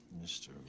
Mr